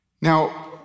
Now